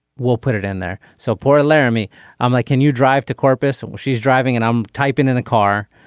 we'll put it in there. so for laramie i'm like can you drive to corpus and while she's driving and i'm typing in a car.